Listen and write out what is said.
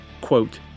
quote